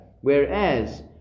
whereas